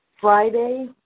Friday